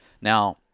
now